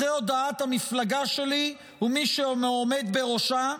אחרי הודעת המפלגה שלי ומי שעומד בראשה,